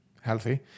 healthy